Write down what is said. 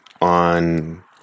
on